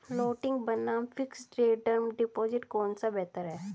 Floating बनाम fixed rate term deposit कौन सा बेहतर है?